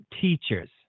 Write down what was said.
teachers